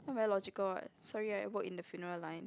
not very logical what sorry I work in the funeral line